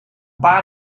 paar